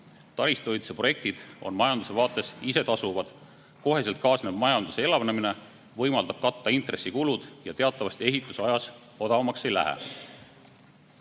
Taristuehituse projektid on majanduse vaates isetasuvad. Kohe kaasnev majanduse elavnemine võimaldab katta intressikulud. Ja teatavasti ehitus ajas odavamaks ei lähe.